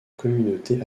communauté